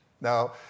Now